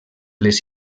les